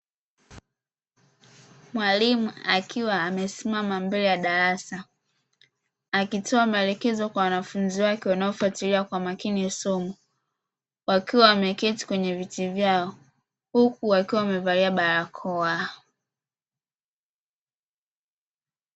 Mwalimu akiwa amesimama mbele ya darasa akitoa maelezo kwa wanafunzi wake wanaofatilia kwa makini somo ,wakiwa wameketi kwenye viti vyao huku wamevalja barakoa.